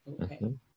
okay